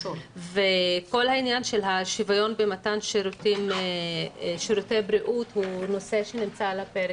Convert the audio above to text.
וכל העניין של השוויון במתן שירותי בריאות הוא נושא שנמצא על הפרק,